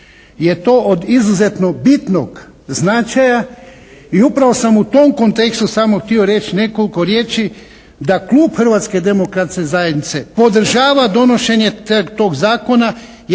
Hrvatske demokratske zajednice podržava donošenje tog zakona,